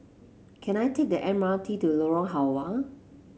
can I take the M R T to Lorong Halwa